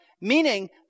Meaning